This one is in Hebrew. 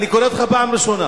אני קורא אותך לסדר פעם ראשונה.